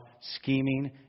scheming